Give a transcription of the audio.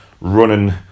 running